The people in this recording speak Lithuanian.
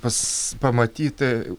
pas pamatyti